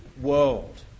world